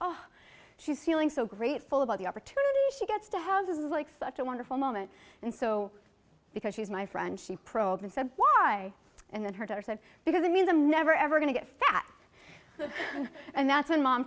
oh she's feeling so grateful about the opportunity she gets to have this is like such a wonderful moment and so because she's my friend she probed and said why and then her daughter said because it means i'm never ever going to get fat and that's when mom